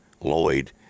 Lloyd